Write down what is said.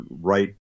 right